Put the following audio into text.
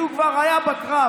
כי הוא כבר היה בקרב,